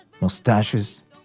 mustaches